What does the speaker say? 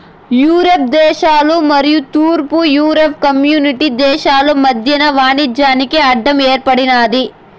Europe దేశాలు మరియు తూర్పు యూరప్ కమ్యూనిస్టు దేశాలు మధ్యన వాణిజ్యానికి అడ్డం ఏర్పడినాది